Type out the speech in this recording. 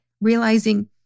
realizing